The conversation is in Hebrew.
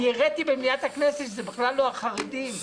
אני הראיתי במליאת הכנסת שזה בכלל לא החרדים.